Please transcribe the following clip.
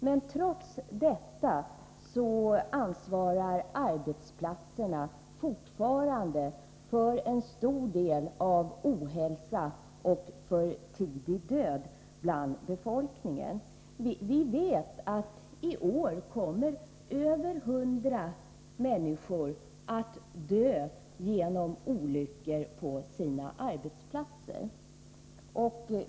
Men trots detta ansvarar arbetsplatserna fortfarande för en stor del av ohälsa och för tidig död bland befolkningen. Vi vet att över 100 människor i år kommer att dö på grund av olyckor på sina arbetsplatser.